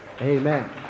Amen